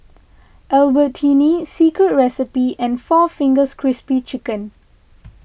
Albertini Secret Recipe and four Fingers Crispy Chicken